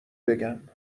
بگم